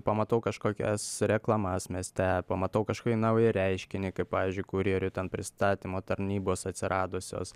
pamatau kažkokias reklamas mieste pamatau kažkokį naują reiškinį kaip pavyzdžiui kurjerių ten pristatymo tarnybos atsiradusios